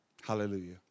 Hallelujah